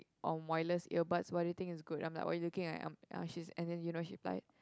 on wireless earbuds what do you think is good I'm like what you looking at uh ya she's and then you know what she replied